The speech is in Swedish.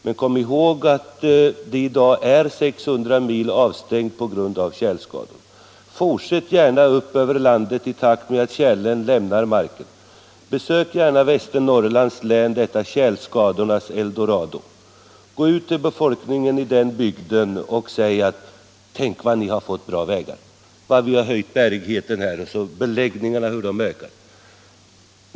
Men kom ihåg att i dag är 600 mil väg avstängda på grund av tjälskador. Fortsätt gärna resan upp över landet i takt med att tjälen går ur marken! Besök gärna Västernorrlands län, detta tjälskadornas eldorado. Gå ut till befolkningen i den bygden och säg: Tänk vad ni har fått bra vägar och vad vi har höjt bärigheten här, och hur vi har ökat beläggningen!